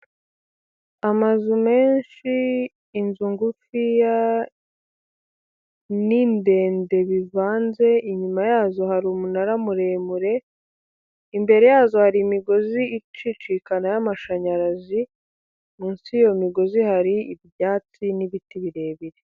Amazu menshi, inzu ngufiya, n'indende bivanze inyuma yazo hari umunara muremure imbere yazo hari imigozi icicikana y'amashanyarazi munsi y'iyo migozi hari ibyatsi n'ibiti birebire..